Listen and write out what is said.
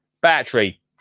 Battery